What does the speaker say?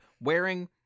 wearing